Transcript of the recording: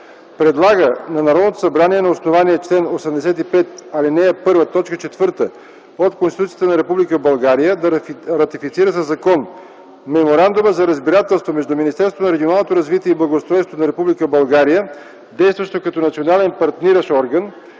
Предлага на Народното събрание на основание чл. 85, ал. 1, т. 4 от Конституцията на Република България да ратифицира със закон Меморандума за разбирателство между Министерството на регионалното развитие и благоустройството на Република България, действащо като Национален партниращ орган,